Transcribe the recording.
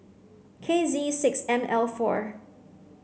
K Z six M L four